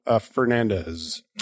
Fernandez